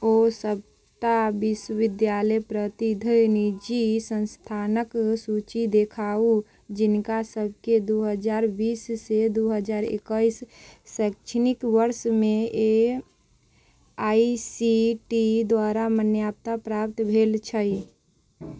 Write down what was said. ओ सबटा विश्वविद्यालय प्रतिध निजी संस्थानक सूची देखाउ जिनका सबके दू हजार बीस से दू हजार एकैस शैक्षणिक वर्षमे ए आई सी टी द्वारा मान्यताप्राप्त भेल छै